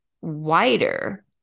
wider